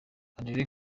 andrew